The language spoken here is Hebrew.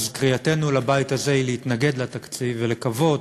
אז קריאתנו לבית הזה היא להתנגד לתקציב, ולקוות